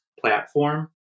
platform